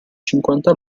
cinquanta